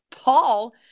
Paul